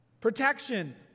protection